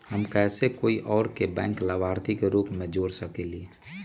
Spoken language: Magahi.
हम कैसे कोई और के बैंक लाभार्थी के रूप में जोर सकली ह?